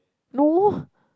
no